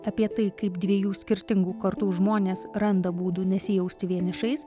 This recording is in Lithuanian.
apie tai kaip dviejų skirtingų kartų žmonės randa būdų nesijausti vienišais